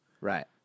Right